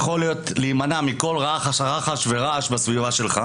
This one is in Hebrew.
הדבר השני הוא יכולת להימנע מכל רחש ורעש בסביבה שלך,